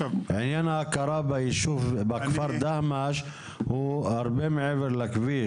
עניין ההכרה בכפר דהמש הוא הרבה מעבר לכביש.